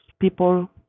people